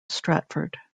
stratford